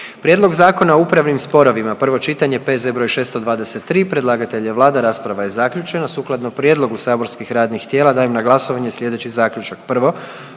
i očuvanju kulturnih dobara, prvo čitanje, P.Z.E. br. 627, predlagatelj je Vlada, rasprava je zaključena. Sukladno prijedlogu saborskih radnih tijela dajem na glasovanje sljedeći zaključak: